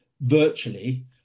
virtually